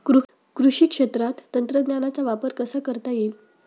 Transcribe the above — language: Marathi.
कृषी क्षेत्रात तंत्रज्ञानाचा वापर कसा करता येईल?